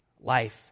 life